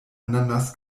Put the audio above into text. ananas